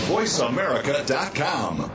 VoiceAmerica.com